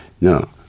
No